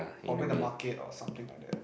probably the market or something like that